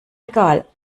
egal